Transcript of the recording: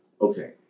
Okay